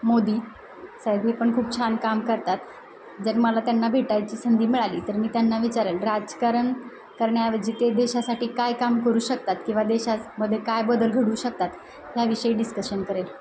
मोदी साहेब हे पण खूप छान काम करतात जर मला त्यांना भेटायची संधी मिळाली तर मी त्यांना विचारेल राजकारण करण्याऐवजी ते देशासाठी काय काम करू शकतात किंवा देशामध्ये काय बदल घडू शकतात ह्याविषयी डिस्कशन करेल